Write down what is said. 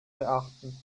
beachten